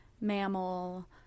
mammal